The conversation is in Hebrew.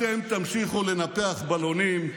אתם תמשיכו לנפח בלונים,